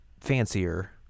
fancier